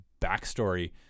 backstory